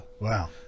wow